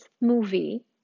movie